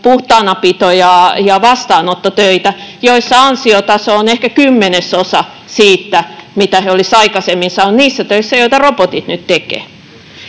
puhtaanapito- ja vastaanottotöitä, joissa ansiotaso on ehkä kymmenesosa siitä, mitä he olisivat aikaisemmin saaneet niissä töissä, joita robotit nyt tekevät.